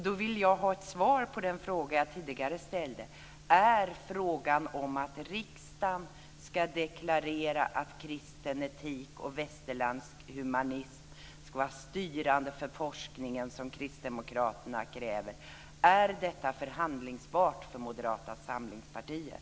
Då skulle jag vilja ha ett svar på den fråga som jag tidigare ställde: Ska riksdagen deklarera att kristen etik och västerländsk humanism ska vara styrande för forskningen, som kristdemokraterna kräver? Är detta förhandlingsbart för Moderata samlingspartiet?